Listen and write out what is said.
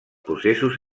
processos